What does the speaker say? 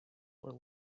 were